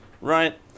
right